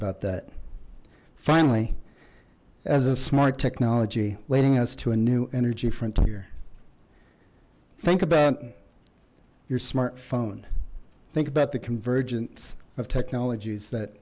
about that finally as a smart technology leading us to a new energy frontier think about your smartphone think about the convergence of technologies that